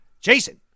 Jason